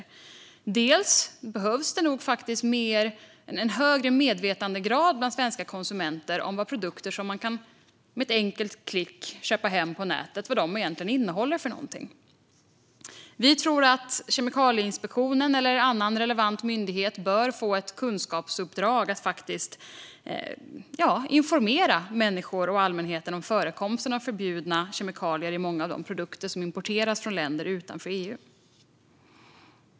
Bland annat behövs det nog en högre medvetandegrad bland svenska konsumenter när det gäller innehållet i produkter som man med ett enkelt klick kan köpa på nätet. Vi menar att Kemikalieinspektionen eller annan relevant myndighet bör få ett kunskapsuppdrag: att informera allmänheten om förekomsten av förbjudna kemikalier i många av de produkter som importeras från länder utanför EU.